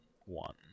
one